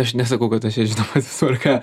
aš nesakau kad aš čia žinomas esu ar ką